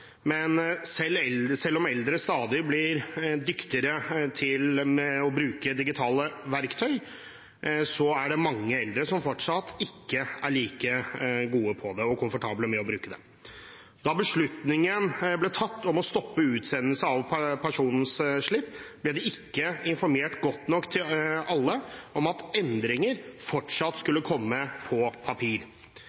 men selv om eldre stadig blir dyktigere til å bruke digitale verktøy, er det fortsatt mange eldre som ikke er like gode på og komfortable med å bruke det. Da beslutningen ble tatt om å stoppe utsendelse av pensjonsslipp, ble det ikke informert godt nok til alle om at endringer fortsatt